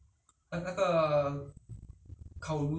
要放日本的那个那个